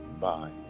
Bye